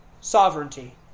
sovereignty